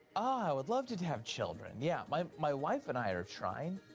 ah i would love to to have children, yeah. my my wife and i are trying,